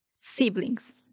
siblings